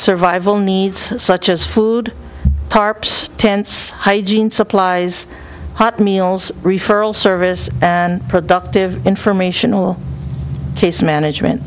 survival needs such as food tarps tents hygiene supplies hot meals referral service and productive informational case management